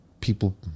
people